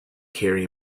carry